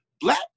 Black